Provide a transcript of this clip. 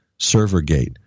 Servergate